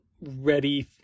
ready